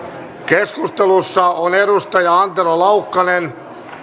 keskustelussa on antero laukkanen